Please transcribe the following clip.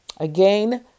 Again